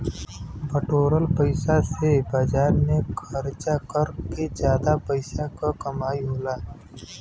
बटोरल पइसा से बाजार में खरचा कर के जादा पइसा क कमाई होला